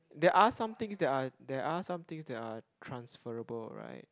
there are somethings that are there are somethings that are transferable right